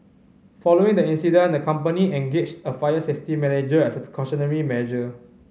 following that incident the company engaged a fire safety manager as a precautionary measure